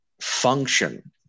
function